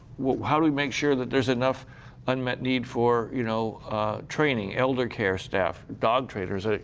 how do we make sure that there's enough unmet need for you know training, elder care staff, dog trainers.